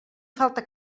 falta